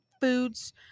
foods